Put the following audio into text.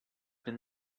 been